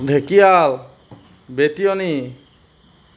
Dhekial Betioni